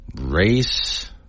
Race